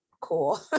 Cool